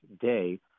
day